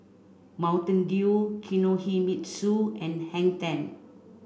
Mountain Dew Kinohimitsu and Hang Ten